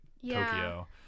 Tokyo